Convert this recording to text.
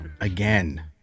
again